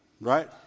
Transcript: right